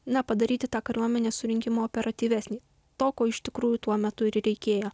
na padaryti tą kariuomenės surinkimą operatyvesnį to ko iš tikrųjų tuo metu ir reikėjo